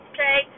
Okay